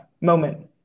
moment